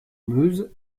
meuse